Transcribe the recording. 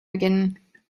beginnen